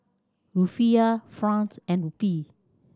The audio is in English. Rufiyaa franc and Rupee